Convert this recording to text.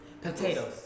Potatoes